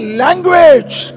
language